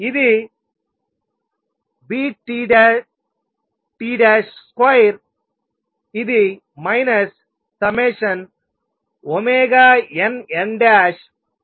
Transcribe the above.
ఇది vtt2ఇది ∑nnnn|Cnn |2 అవుతుంది